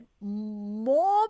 more